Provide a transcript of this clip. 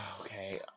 Okay